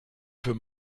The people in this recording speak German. für